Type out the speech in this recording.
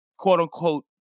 quote-unquote